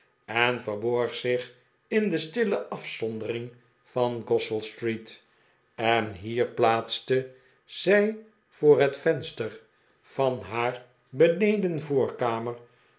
en verborg zich in de stille afzondering van goswell street en hier plaatste zij voor het venster van haar